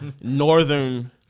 Northern